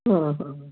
ହଁ ହଁ ହଁ